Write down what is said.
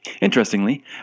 Interestingly